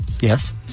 Yes